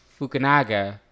Fukunaga